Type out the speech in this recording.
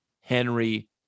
Henry